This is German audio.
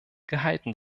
gehalten